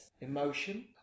emotion